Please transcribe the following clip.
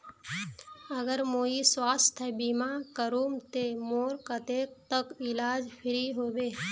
अगर मुई स्वास्थ्य बीमा करूम ते मोर कतेक तक इलाज फ्री होबे?